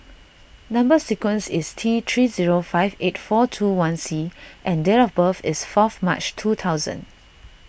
Number Sequence is T three zero five eight four two one C and date of birth is fourth March two thousand